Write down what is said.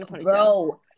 Bro